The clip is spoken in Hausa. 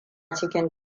cikin